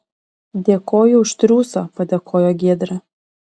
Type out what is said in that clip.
dėkoju už triūsą padėkojo giedrė